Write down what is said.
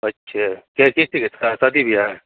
अच्छा कैसी चीज शादी ब्याह